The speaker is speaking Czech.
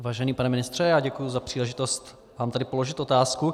Vážený pane ministře, děkuji za příležitost vám tady položit otázku.